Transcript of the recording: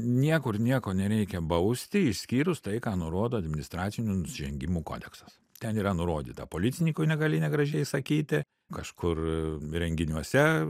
niekur nieko nereikia bausti išskyrus tai ką nurodo administracinių nusižengimų kodeksas ten yra nurodyta policininkui negali negražiai sakyti kažkur renginiuose